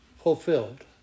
fulfilled